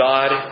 God